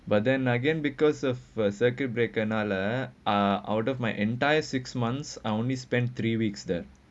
but then again because of a circuit breaker now lah out of my entire six months I only spent three weeks there